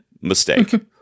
Mistake